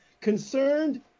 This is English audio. concerned